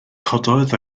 cododd